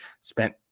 spent